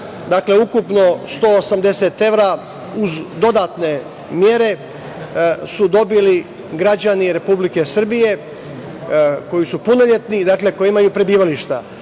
dakle, ukupno 180 evra, uz dodatne mere su dobili građani Republike Srbije koji su punoletni i koji imaju prebivalište.